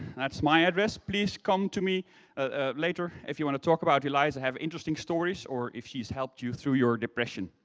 that's my address. please come to me ah later if you want to talk about eliza, interesting stories or if she's helped you through your depression.